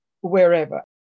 wherever